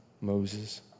Moses